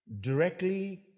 directly